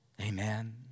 Amen